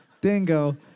Dingo